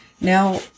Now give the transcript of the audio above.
Now